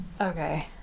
Okay